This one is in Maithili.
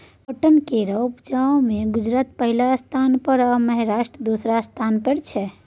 काँटन केर उपजा मे गुजरात पहिल स्थान पर आ महाराष्ट्र दोसर स्थान पर छै